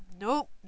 nope